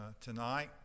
tonight